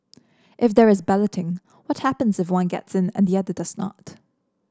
if there is balloting what happens if one gets in and the other does not